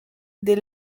des